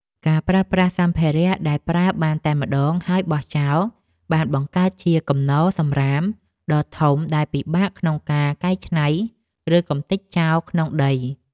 ការប្រើប្រាស់សម្ភារៈដែលប្រើបានតែម្តងហើយបោះចោលបានបង្កើតជាគំនរសំរាមដ៏ធំដែលពិបាកក្នុងការកែច្នៃឬកម្ទេចចោលក្នុងដី។